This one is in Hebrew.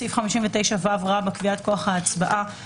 בסעיף 59ו רבא קביעת כוח ההצבעה,